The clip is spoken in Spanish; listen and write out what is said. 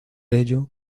ello